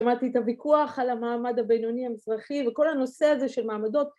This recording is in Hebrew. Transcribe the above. למדתי את הוויכוח על המעמד הבינוני המזרחי וכל הנושא הזה של מעמדות